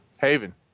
Haven